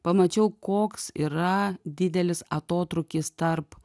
pamačiau koks yra didelis atotrūkis tarp